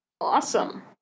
Awesome